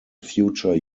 future